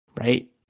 right